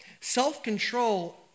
Self-control